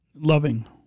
loving